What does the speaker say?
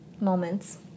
moments